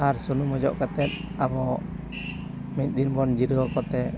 ᱟᱨ ᱥᱩᱱᱩᱢ ᱚᱡᱚᱜ ᱠᱟᱛᱮᱫ ᱟᱵᱚ ᱢᱤᱫ ᱫᱤᱱ ᱵᱚᱱ ᱡᱤᱨᱟᱹᱣ ᱠᱚᱛᱮ